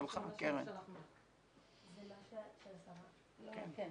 יש מי שמעוניין